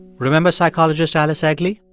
remember psychologist alice eagly?